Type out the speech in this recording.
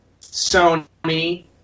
Sony